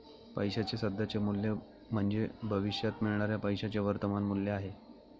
पैशाचे सध्याचे मूल्य म्हणजे भविष्यात मिळणाऱ्या पैशाचे वर्तमान मूल्य आहे